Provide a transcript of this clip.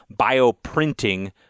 bioprinting